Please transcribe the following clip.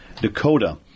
Dakota